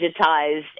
digitized